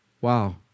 wow